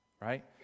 Right